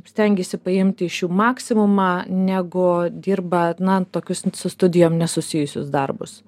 stengiasi paimti iš jų maksimumą negu dirba na tokius su studijom nesusijusius darbus